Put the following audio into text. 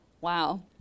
wow